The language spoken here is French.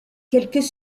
quelques